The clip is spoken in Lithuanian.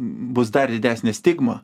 bus dar didesnė stigma